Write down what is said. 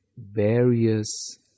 Various